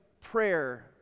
prayer